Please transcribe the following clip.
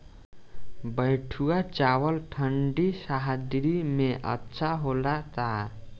बैठुआ चावल ठंडी सह्याद्री में अच्छा होला का?